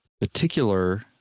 particular